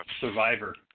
Survivor